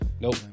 Nope